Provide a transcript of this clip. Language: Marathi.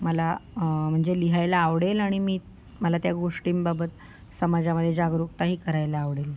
मला म्हणजे लिहायला आवडेल आणि मी मला त्या गोष्टींबाबत समाजामध्ये जागरूकताही करायला आवडेल